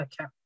Okay